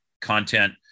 content